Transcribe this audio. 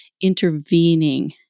intervening